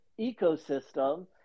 ecosystem